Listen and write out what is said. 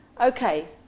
Okay